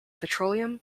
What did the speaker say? petroleum